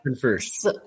first